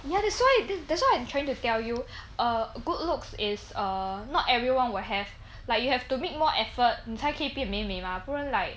ya that's why that's why I'm trying to tell you err good looks is err not everyone will have like you have to make more effort 你才可以变美美吗不然 like